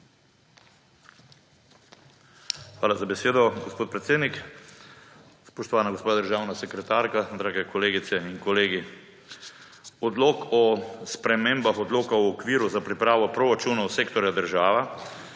Hvala za besedo, gospod predsednik. Spoštovana gospa državna sekretarka, drage kolegice in kolegi! Odlok o spremembah Odloka o okviru za pripravo proračunov sektorja država